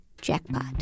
Jackpot